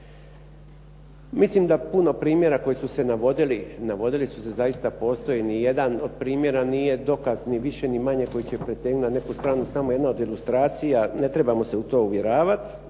Mislim da puno primjera koji su se navodili, navodili su se, zaista postoje, niti jedan od primjera nije dokaz niti više ni manje koji će pretegnuti na neku stranu, samo jedna od ilustracija ne trebamo se u to uvjeravati